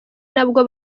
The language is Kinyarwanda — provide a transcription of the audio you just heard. nabwo